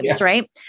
right